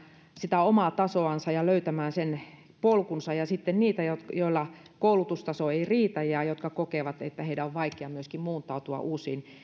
sitä omaa tasoansa ja löytämään polkunsa ja sitten niitä joilla koulutustaso ei riitä ja jotka kokevat että heidän on vaikea myöskin muuntautua uusiin